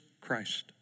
Christ